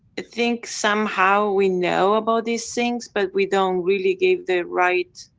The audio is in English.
think somehow we know about these things but we don't really give the right.